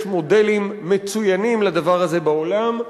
יש מודלים מצוינים לדבר הזה בעולם.